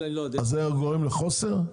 אז זה גורם לחוסר?